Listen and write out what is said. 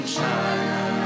China